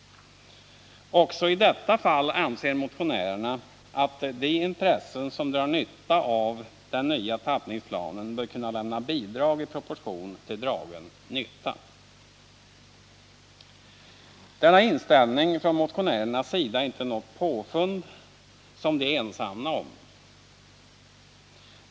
Också i detta fall anser motionärerna att de intressen som drar nytta av den nya tappningsplanen bör kunna lämna bidrag i proportion till . 111 dragen nytta. Denna inställning från motionärernas sida är inte något påfund som de är ensamma om.